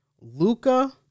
Luca